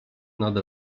nad